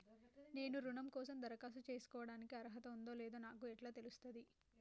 నేను రుణం కోసం దరఖాస్తు చేసుకోవడానికి అర్హత ఉందో లేదో నాకు ఎట్లా తెలుస్తది?